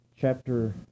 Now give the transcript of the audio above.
chapter